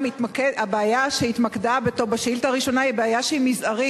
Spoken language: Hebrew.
הבעיה שהשאילתא התמקדה בה היא בעיה שהיא מזערית,